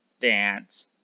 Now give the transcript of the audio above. dance